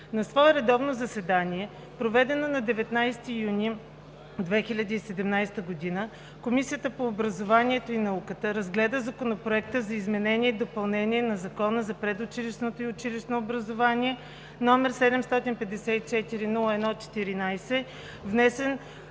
На свое редовно заседание, проведено на 19 юни 2017 г., Комисията по образованието и науката разгледа Законопроекта за изменение и допълнение на Закона за предучилищното и училищното образование, № 754-01-14, внесен